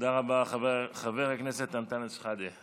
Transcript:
תודה רבה, חבר הכנסת אנטאנס שחאדה.